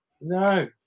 No